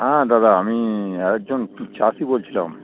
হ্যাঁ দাদা আমি আরেকজন চাষী বলছিলাম